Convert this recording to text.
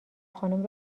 خانوم